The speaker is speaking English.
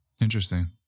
interesting